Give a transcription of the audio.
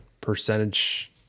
percentage